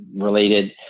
related